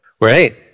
right